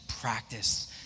practice